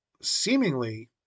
seemingly